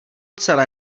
celé